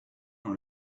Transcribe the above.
dans